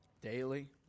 daily